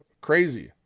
Crazy